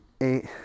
eight